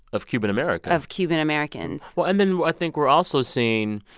of cuban america. of cuban-americans well, and then i think we're also seeing,